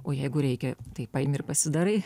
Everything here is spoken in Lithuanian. o jeigu reikia tai paimi ir pasidarai